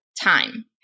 time